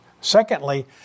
Secondly